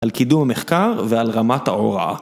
על קידום המחקר ועל רמת ההוראה.